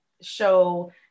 show